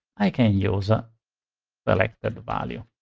i can use ah selectedvalue.